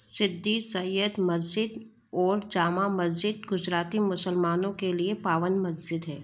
सिद्दी सैय्यद मस्जिद और जामा मस्जिद गुजराती मुसलमानों के लिए पावन मस्जिद हैं